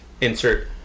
Insert